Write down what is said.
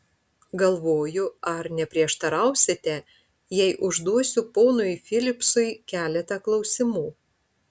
galvoju ar neprieštarausite jei užduosiu ponui filipsui keletą klausimų